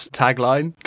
tagline